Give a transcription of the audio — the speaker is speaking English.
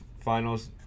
Finals